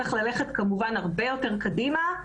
צריך ללכת כמובן הרבה יותר קדימה.